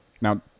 now